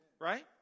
Right